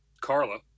Carla